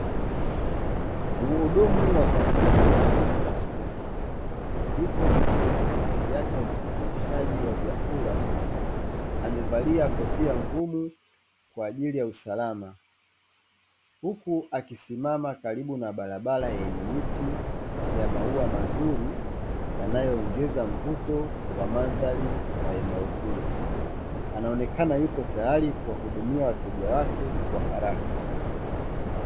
Mhudumu wa kampuni ya "umia fursa" yupo katika pikipiki yake ya usafirishaji wa vyakula, amevalia kofia ngumu kwa ajili ya usalama huku akisimama karibu na barabara yenye miti ya maua mazuri, yanayoongeza mvuto wa mandhari ya eneo hilo anaonekana yupo tayari kuwahudumia wateja wake kwa haraka.